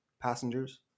passengers